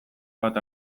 bat